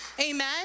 Amen